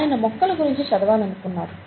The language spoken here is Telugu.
ఆయన మొక్కల గురించి చదవాలనుకున్నారు